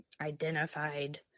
identified